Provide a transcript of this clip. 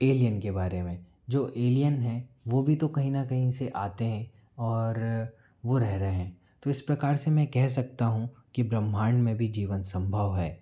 alien के बारे में जो एलियन हैं वो भी तो कहीं ना कहीं से आते हैं और वो रह रहे हैं तो इस प्रकार से मैं कह सकता हूँ कि ब्रह्मांड में भी जीवन सम्भव है